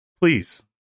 please